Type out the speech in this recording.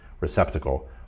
receptacle